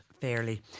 fairly